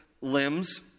limbs